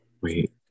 Wait